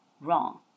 wrong